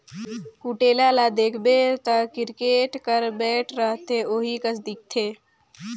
कुटेला ल देखबे ता किरकेट कर बैट रहथे ओही कस दिखथे